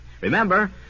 Remember